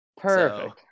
Perfect